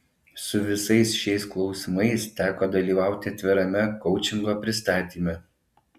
su visais šiais klausimais teko dalyvauti atvirame koučingo pristatyme